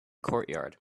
courtyard